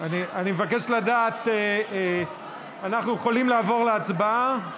אני מבקש לדעת, אנחנו יכולים לעבור להצבעה?